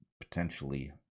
potentially